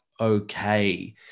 okay